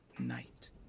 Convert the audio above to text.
night